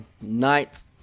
night